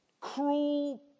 Cruel